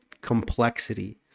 complexity